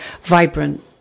vibrant